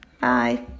bye